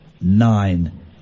nine